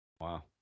Wow